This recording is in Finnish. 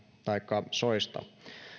taikka soista